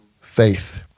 faith